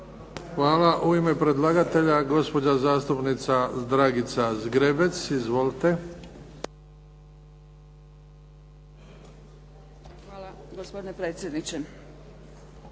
Hvala. U ime predlagatelja gospođa zastupnica Dragica Zgrebec. Izvolite. **Zgrebec,